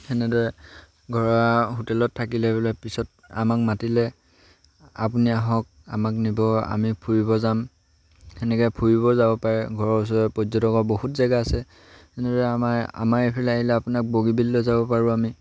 সেনেদৰে ঘৰৰ হোটেলত থাকিলে বোলে পিছত আমাক মাতিলে আপুনি আহক আমাক নিব আমি ফুৰিব যাম সেনেকৈ ফুৰিব যাব পাৰে ঘৰৰ ওচৰৰ পৰ্যটকৰ বহুত জেগা আছে এনেদৰে আমাৰ আমাৰ এইফালে আহিলে আপোনাক বগীবিললৈ যাব পাৰোঁ আমি